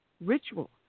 ritual